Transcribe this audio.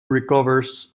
recovers